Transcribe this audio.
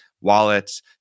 wallets